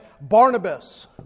Barnabas